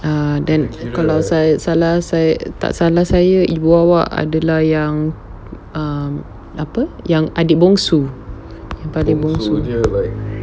err then kalau saya salah saya tak salah saya ibu awak adalah yang um apa yang adik bongsu yang paling bongsu